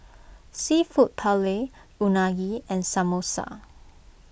Seafood Paella Unagi and Samosa